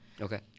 okay